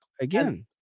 again